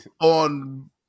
on